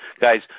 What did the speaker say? guys